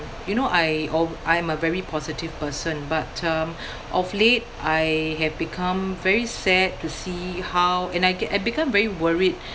you know I o~ I'm a very positive person but um of late I have become very sad to see how and I get I become very worried